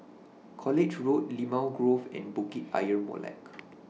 College Road Limau Grove and Bukit Ayer Molek